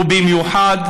ובמיוחד,